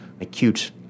acute